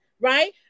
right